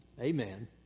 Amen